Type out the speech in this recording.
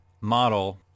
model—